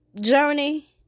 journey